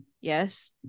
Yes